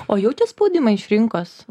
o jaučia spaudimą iš rinkos